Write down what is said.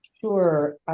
Sure